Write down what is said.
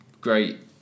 great